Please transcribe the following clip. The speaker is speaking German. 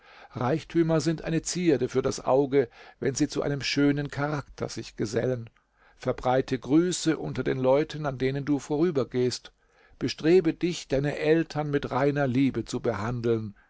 reichtümer sind eine zierde für das auge wenn sie zu einem schönen charakter sich gesellen verbreite grüße unter den leuten an denen du vorübergehst bestrebe dich deine eltern mit reiner liebe zu behandeln